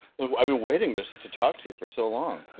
i've been waiting just to talk to you for so long,